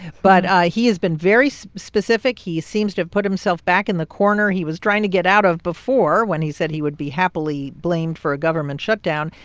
but ah he has been very specific he seems to have put himself back in the corner he was trying to get out of before when he said he would be happily blamed for a government shutdown.